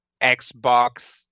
xbox